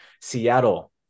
Seattle